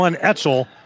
Etzel